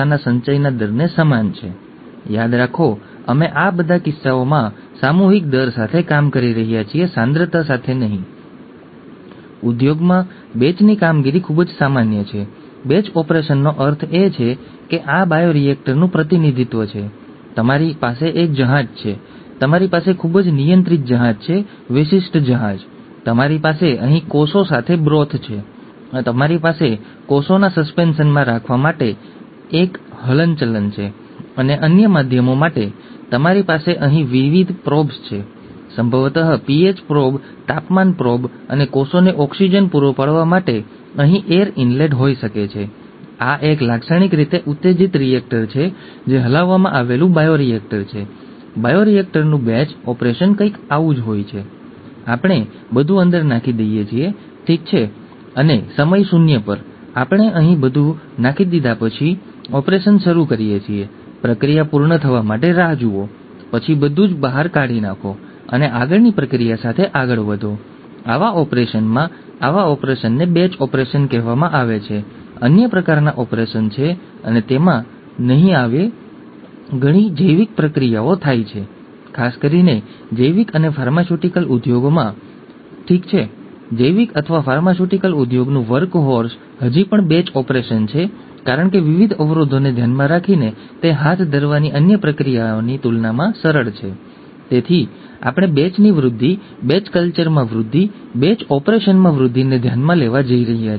તે સમય દરમિયાન અઢારસો સદીના અંતમાં આ સિદ્ધાંતો વિકસાવવામાં આવ્યા હતા આપણે ગ્રેગોર મેન્ડલ દ્વારા તેને ખૂબ જ ટૂંકમાં જોઈશું જે કાર્યનો અંતિમ ભાગ છે અને તે સિદ્ધાંતો આજે ખૂબ અસરકારક છે તેમ છતાં તમે મૂળભૂત સિદ્ધાંતો જાણો છો અને તેમના માટે જાણીતા વિશાળ ભિન્નતાઓ છે તે સિદ્ધાંતો હજી પણ આ કરવા માટે ખૂબ જ ઉપયોગી છે જેથી બાળકને ડિસઓર્ડર વારસામાં મળવાની તકોની આગાહી કરી શકાય અને આ જ કારણ છે કે આપણે અભ્યાસ કરી રહ્યા છીએ અથવા આપણે આજે પણ મેન્ડેલિયન જિનેટિક્સ તરફ જોઈ રહ્યા છીએ